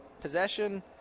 possession